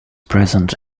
present